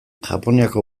japoniako